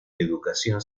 educación